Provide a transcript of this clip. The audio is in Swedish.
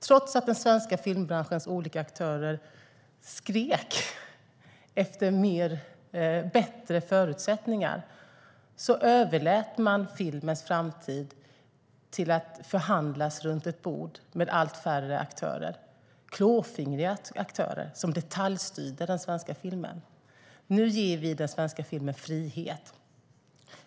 Trots att den svenska filmbranschens olika aktörer skrek efter bättre förutsättningar överlät man filmens framtid till att förhandlas runt ett bord med allt färre aktörer - klåfingriga aktörer som detaljstyrde den svenska filmen. Nu ger vi den svenska filmen frihet.